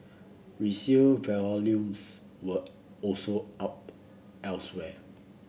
resale volumes were also up elsewhere